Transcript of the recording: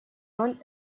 роль